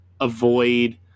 avoid